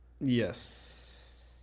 yes